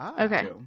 Okay